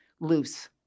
loose